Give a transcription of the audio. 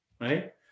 right